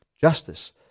Justice